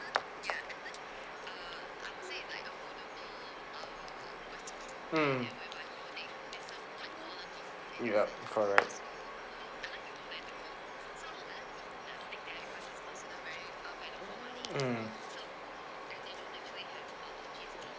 mm yup correct mm